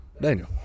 daniel